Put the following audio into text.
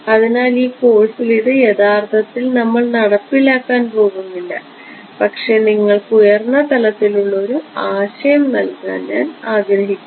അതിനാൽ ഈ കോഴ്സിൽ ഇത് യഥാർത്ഥത്തിൽ നമ്മൾ നടപ്പിലാക്കാൻ പോകുന്നില്ല പക്ഷേ നിങ്ങൾക്ക് ഉയർന്ന തലത്തിലുള്ള ഒരു ആശയം നൽകാൻ ഞാൻ ആഗ്രഹിക്കുന്നു